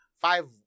Five